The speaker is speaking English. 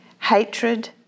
hatred